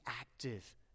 active